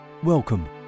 Welcome